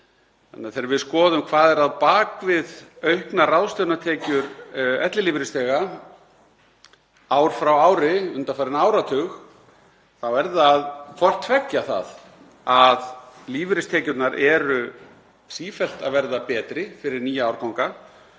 að hækka. Þegar við skoðum hvað er á bak við auknar ráðstöfunartekjur ellilífeyrisþega ár frá ári undanfarinn áratug er það hvort tveggja það að lífeyristekjurnar eru sífellt að verða betri fyrir nýja árganga,